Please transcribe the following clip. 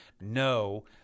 no –